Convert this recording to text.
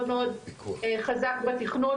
מאוד חזק בתכנון,